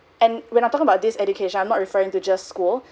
and when I talk about this education I'm not referring to just school